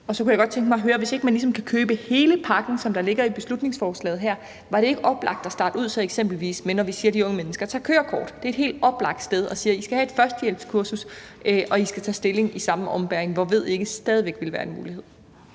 Så kunne jeg godt tænke mig at høre, om det, hvis man ligesom ikke kan købe hele pakken, som ligger i beslutningsforslaget her, så ikke var oplagt at starte ud med det, når de unge mennesker eksempelvis tager kørekort. Det er et helt oplagt sted at sige, at I skal have et førstehjælpskursus, og at I skal tage stilling i samme ombæring, hvor »ved ikke« stadig ville være en mulighed.